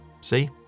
See